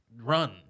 run